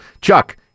Chuck